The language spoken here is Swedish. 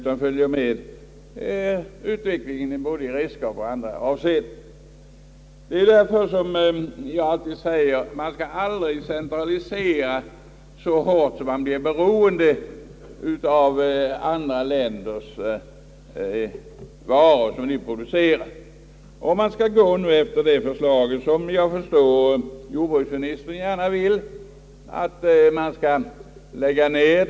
Här följer jordbrukarna med utvecklingen både när det gäller redskap och i andra avseenden. Därför säger jag alltid, att man aldrig skall centralisera så hårt att man blir beroende av andra länders varor. Jag förstår att jordbruksministern gärna ser — att döma av det förslag som framlagts att svenska jordbruk skall läggas ner.